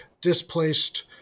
displaced